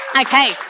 Okay